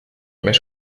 més